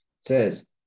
says